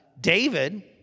David